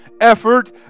effort